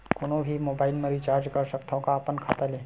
कोनो भी मोबाइल मा रिचार्ज कर सकथव का अपन खाता ले?